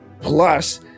Plus